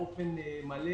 באופן מלא